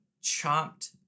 chopped